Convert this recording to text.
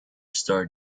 star